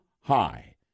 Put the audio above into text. high